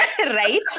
Right